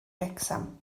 wrecsam